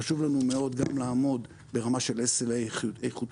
חשוב לנו מאוד גם לעמוד ברמה של SLA איכותית.